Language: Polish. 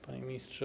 Panie Ministrze!